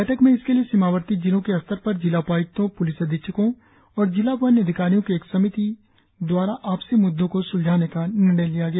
बैठक में इसके लिए सीमावर्ती जिलों के स्तर पर जिला उपाय्क्तों प्लिस अधीक्षकों और जिला वन अधिकारियों की एक समिति द्वारा आपसी मुद्दों को सुलझाने का निर्णय लिया गया